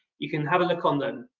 you can have a look on them.